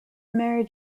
mary